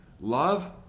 love